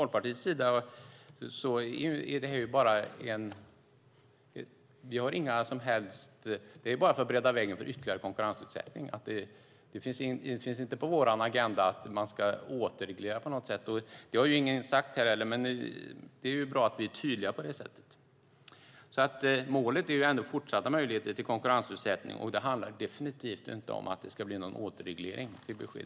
Det har ingen sagt här heller, men det är bra att vi är tydliga med det. Målet är fortsatta möjligheter till konkurrensutsättning, och det handlar definitivt inte om att det ska ske någon återreglering. Det beskedet vill jag ge. I detta anförande instämde Lotta Finstorp, Gunnar Hedberg, Edward Riedl, Jessica Rosencrantz och Eliza Roszkowska Öberg samt Anders Åkesson .